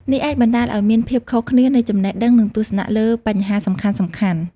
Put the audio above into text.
នេះអាចបណ្តាលឱ្យមានភាពខុសគ្នានៃចំណេះដឹង និងទស្សនៈលើបញ្ហាសំខាន់ៗ។